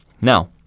Now